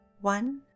one